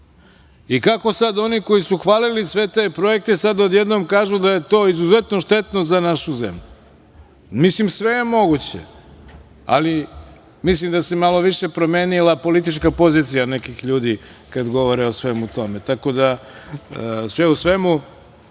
sad oni koji su hvalili sve te projekte, sad odjednom kažu da je to izuzetno štetno za našu zemlju? Mislim, sve je moguće, ali mislim da se malo više promenila politička pozicija nekih ljudi kad govore o svemu tome. Sve u svemu,